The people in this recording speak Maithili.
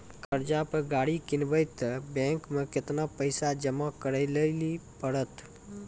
कर्जा पर गाड़ी किनबै तऽ बैंक मे केतना पैसा जमा करे लेली पड़त?